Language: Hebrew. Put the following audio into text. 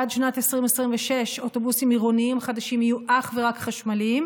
היא שעד שנת 2026 אוטובוסים עירוניים חדשים יהיו אך ורק חשמליים,